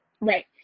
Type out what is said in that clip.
Right